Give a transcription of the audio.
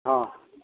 ہاں